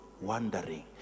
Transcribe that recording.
wondering